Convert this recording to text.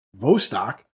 Vostok